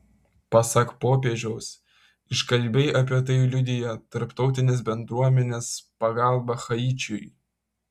pasak popiežiaus iškalbiai apie tai liudija tarptautinės bendruomenės pagalba haičiui